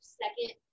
second